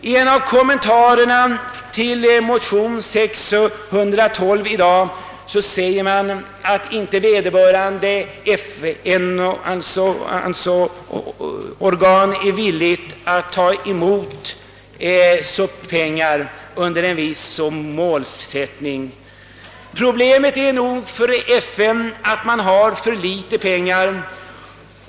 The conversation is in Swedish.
I en av kommentarerna i dag till motion II:612 har sagts att vederbörande FN-organ inte är villigt att ta emot pengar under en viss målsättning. Men problemet för FN är nog att man har för litet pengar.